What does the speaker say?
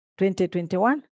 2021